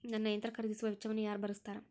ನನ್ನ ಯಂತ್ರ ಖರೇದಿಸುವ ವೆಚ್ಚವನ್ನು ಯಾರ ಭರ್ಸತಾರ್?